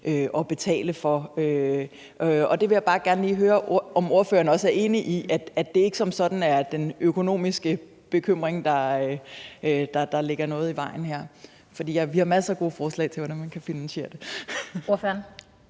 at betale for. Og jeg vil bare gerne lige høre, om ordføreren også er enig i, at det ikke som sådan er den økonomiske bekymring, der ligger i vejen her, for vi har masser af gode forslag til, hvordan man kan finansiere det. Kl.